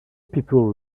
people